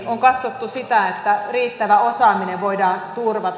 on katsottu sitä että riittävä osaaminen voidaan turvata